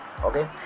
Okay